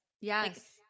Yes